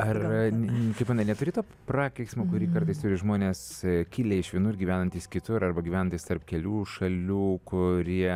ar kaip manai neturi to prakeiksmo kurį kartais turi žmonės kilę iš vienur gyvenantys kitur arba gyvenantys tarp kelių šalių kurie